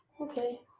Okay